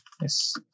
Yes